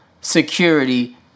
security